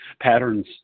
patterns